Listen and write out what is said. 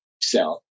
self